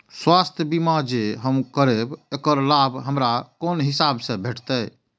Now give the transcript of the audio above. स्वास्थ्य बीमा जे हम करेब ऐकर लाभ हमरा कोन हिसाब से भेटतै?